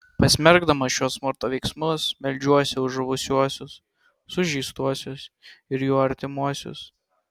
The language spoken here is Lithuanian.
pasmerkdamas šiuos smurto veiksmus meldžiuosi už žuvusiuosius sužeistuosius ir jų artimuosius